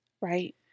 right